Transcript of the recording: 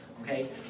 Okay